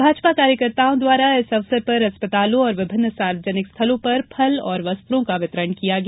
भाजपा कार्यकर्ताओं द्वारा इस अवसर पर अस्पतालों और विभिन्न सावर्जनिक स्थलों पर फल और वस्त्रों का वितरण किया गया